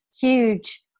huge